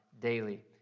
daily